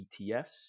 ETFs